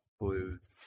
blues